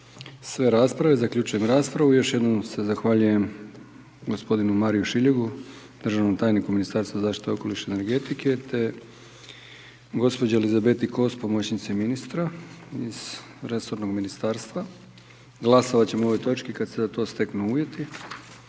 sve rasprave. Zaključujem raspravu. Još jednom se zahvaljujem gospodinu Mariju Šiljegu, državnom tajniku u Ministarstvu zaštite okoliša i energetike te gospođi Elizabeti Kos, pomoćnici ministra, iz resornog Ministarstva. Glasovat ćemo o ovoj točki kad se za to steknu uvjeti.